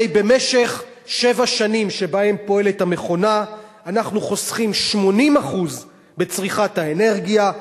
הרי במשך שבע שנים שבהן פועלת המכונה אנחנו חוסכים 80% בצריכת האנרגיה,